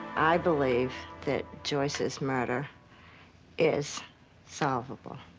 i believe that joyce's murder is solvable.